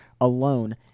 alone